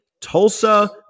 Tulsa